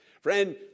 Friend